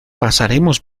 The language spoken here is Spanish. pasaremos